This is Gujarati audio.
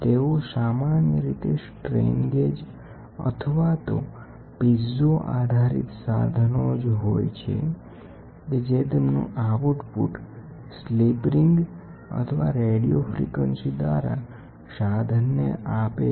તેઓ સામાન્ય રીતે સ્ટ્રેન ગેજ અથવા તો પીઝો અધારીત સાધનો જ હોય છે કે જે તેમનું આઉટપુટ સ્લીપ રીગ અથવા રેડિઓ ફ્રીક્વન્સી દ્વારા સાધનને આપે છે